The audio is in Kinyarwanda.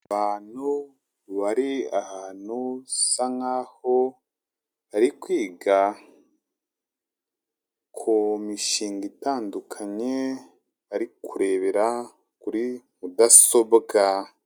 Abantu, bari ahantu, bisa nk'aho bari kwiga ku mishinga itandukanye, bari kurebera kuri mudasobwa.